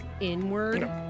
inward